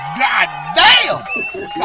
goddamn